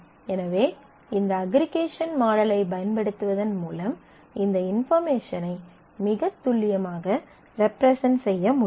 எனவே இந்த அஃகிறீகேஷன் மாடலைப் பயன்படுத்துவதன் மூலம் இந்த இன்பார்மேஷனை மிக துல்லியமாக ரெப்ரசன்ட் செய்ய முடியும்